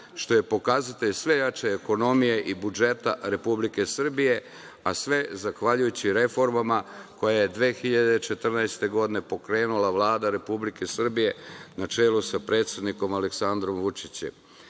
što je pokazatelj sve jače ekonomije i budžeta Republike Srbije, a sve za zahvaljujući reformama koje je 2014. godine pokrenula Vlada Republike Srbije, na čelu sa predsednikom Aleksandrom Vučićem.